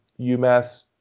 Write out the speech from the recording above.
umass